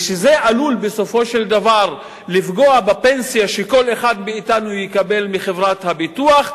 וזה עלול בסופו של דבר לפגוע בפנסיה שכל אחד מאתנו יקבל מחברת הביטוח,